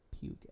puke